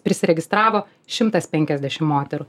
prisiregistravo šimtas penkiasdešim moterų